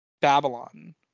babylon